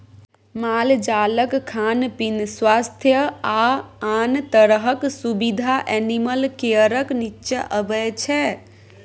मालजालक खान पीन, स्वास्थ्य आ आन तरहक सुबिधा एनिमल केयरक नीच्चाँ अबै छै